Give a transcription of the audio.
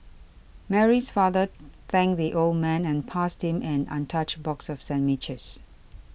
Mary's father thanked the old man and passed him an untouched box of sandwiches